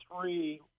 three